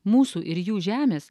mūsų ir jų žemės